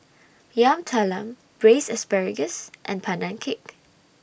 Yam Talam Braised Asparagus and Pandan Cake